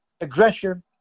aggression